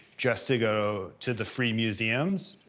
just to go to the free museums.